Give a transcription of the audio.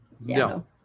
no